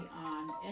on